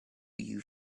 you